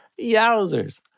Yowzers